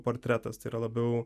portretas tai yra labiau